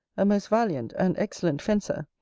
a most valiant and excellent fencer,